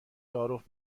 تعارف